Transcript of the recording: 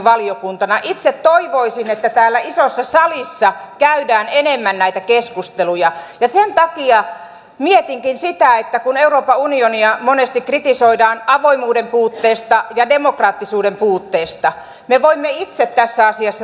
itse toivoisin että täällä isossa salissa käydään enemmän näitä keskusteluja ja sen takia mietinkin sitä että kun euroopan unionia monesti kritisoidaan avoimuuden puutteesta ja demokraattisuuden puutteesta me voimme itse tässä asiassa tehdä paljon